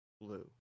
blue